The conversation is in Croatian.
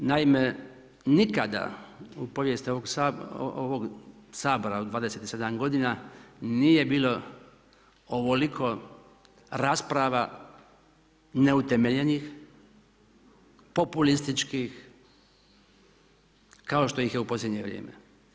Naime, nikada u povijesti ovog Sabora od 27 godina nije bilo ovoliko rasprava neutemeljenih, populističkih kao što ih je u posljednje vrijeme.